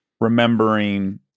remembering